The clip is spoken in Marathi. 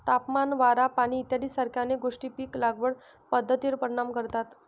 तापमान, वारा, पाणी इत्यादीसारख्या अनेक गोष्टी पीक लागवड पद्धतीवर परिणाम करतात